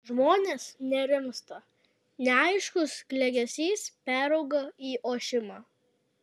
žmonės nerimsta neaiškus klegesys perauga į ošimą